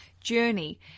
journey